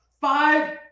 five